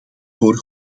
voor